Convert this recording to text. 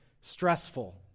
stressful